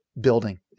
building